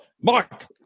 Mark